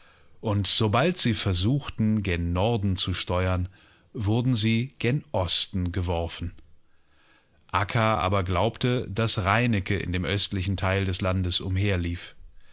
und sobald sie versuchten gen norden zu steuern wurden sie gen osten geworfen akka aber glaubte daß reineke in demöstlichenteildeslandesumherlief